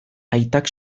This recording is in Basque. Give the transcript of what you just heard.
aitak